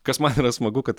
kas man yra smagu kad